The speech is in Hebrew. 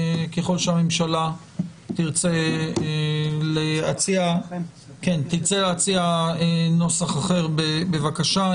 ככל שהממשלה תרצה להציע נוסח אחר, בבקשה.